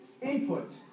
input